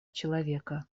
человека